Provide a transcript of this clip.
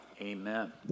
amen